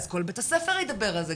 אז כל בית הספר יידבר על זה,